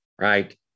right